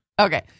Okay